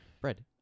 Bread